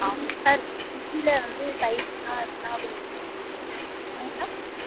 ஆ sir ஃப்ரிட்ஜில் வந்து சைஸ்னால் எத்தனை ஆகும் என்னங்க சார்